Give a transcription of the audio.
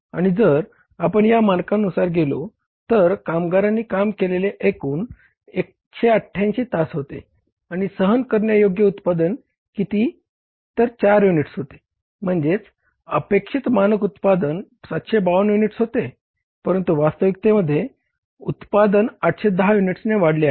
आणि जर आपण या मानकांनुसार गेलो तर कामगारांनी काम केलेले एकूण 188 तास होते आणि सहन करण्यायोग्य उत्पादन किती चार युनिट्स होते म्हणजे अपेक्षित मानक उत्पादन 752 युनिट्स होते परंतु वास्तविकतेमध्ये उत्पादन 810 युनिट्सने वाढले आहे